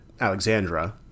Alexandra